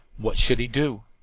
what should he do?